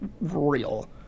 real